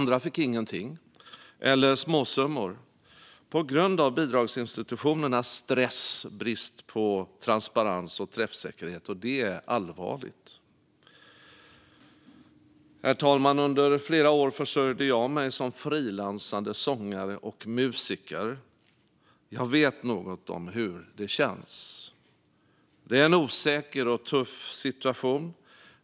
Andra fick ingenting eller småsummor, på grund av bidragsinstitutionernas stress och brist på transparens och träffsäkerhet. Detta är allvarligt. Herr talman! Under flera år försörjde jag mig som frilansande sångare och musiker. Jag vet något om hur det känns. Det är en osäker och tuff situation,